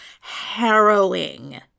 harrowing